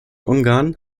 ungarn